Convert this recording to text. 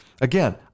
Again